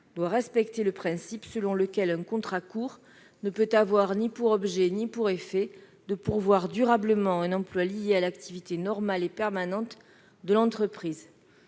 doit respecter le principe selon lequel un contrat court ne peut avoir ni pour objet ni pour effet de pourvoir durablement un emploi lié à l'activité normale et permanente de l'entreprise.